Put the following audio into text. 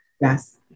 Yes